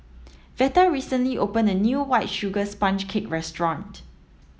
Veta recently opened a new white sugar sponge cake restaurant